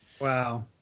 Wow